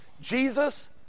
Jesus